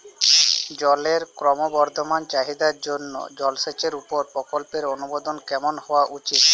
জলের ক্রমবর্ধমান চাহিদার জন্য জলসেচের উপর প্রকল্পের অনুমোদন কেমন হওয়া উচিৎ?